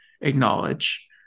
acknowledge